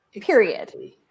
period